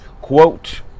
quote